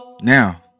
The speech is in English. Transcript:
Now